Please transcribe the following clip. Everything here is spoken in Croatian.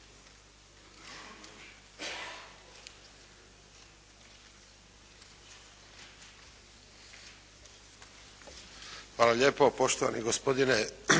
Hvala lijepo. Poštovani gospodine